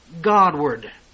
Godward